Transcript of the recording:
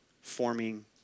forming